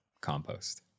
compost